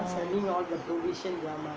mm